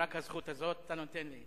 רק את הזכות הזאת אתה נותן לי?